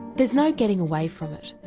there's no getting away from it.